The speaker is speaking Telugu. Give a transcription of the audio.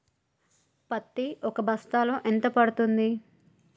పత్తి ఒక బస్తాలో ఎంత పడ్తుంది?